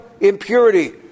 impurity